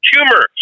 Humor